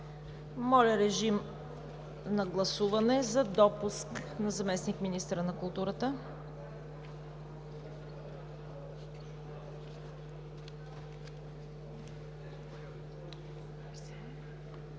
Моля, режим на гласуване за допуск на заместник-министъра на културата.